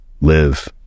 live